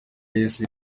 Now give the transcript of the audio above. yesu